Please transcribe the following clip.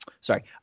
Sorry